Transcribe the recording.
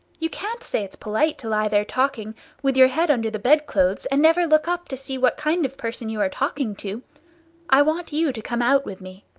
you can't say it's polite to lie there talking with your head under the bed-clothes, and never look up to see what kind of person you are talking to i want you to come out with me.